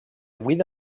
vuit